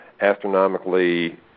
astronomically